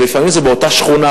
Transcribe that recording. ולפעמים זה באותה שכונה,